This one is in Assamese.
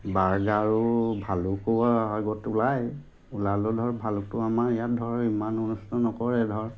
বাঘ আৰু ভালুকো আগত ওলায় ওলালেও ধৰ ভালকতো আমাৰ ইয়াত ধৰ ইমান অনিষ্ট নকৰে ধৰ